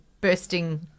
bursting